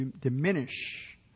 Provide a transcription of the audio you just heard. diminish